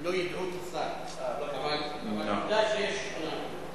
הם לא יידעו את השר, אבל עובדה שיש שכונה כזאת.